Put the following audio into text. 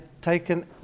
taken